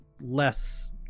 less